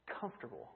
comfortable